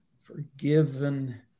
forgiven